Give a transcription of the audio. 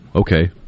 okay